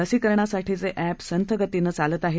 लसीकरणासाठीचे अधिसंथ गतीनं चालत आहे